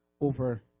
over